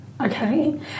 Okay